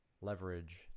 leverage